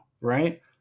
right